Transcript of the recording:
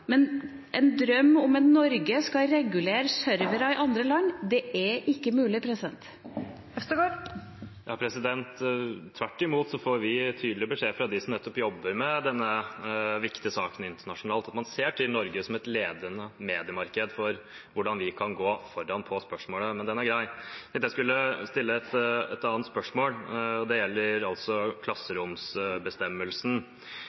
Men en drøm om at Norge skal regulere servere i andre land – det er ikke mulig. Tvert imot får vi tydelig beskjed fra nettopp dem som jobber med denne viktige saken internasjonalt, om at man ser til Norge som et ledende mediemarked med tanke på hvordan vi kan gå foran i dette spørsmålet – men den er grei. Jeg tenkte jeg skulle stille et annet spørsmål, og det gjelder